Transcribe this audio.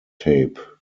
tape